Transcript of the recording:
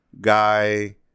guy